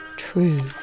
True